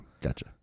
gotcha